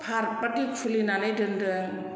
park बादि खुलिनानै दोनदों